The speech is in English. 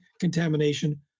contamination